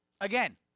Again